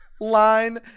line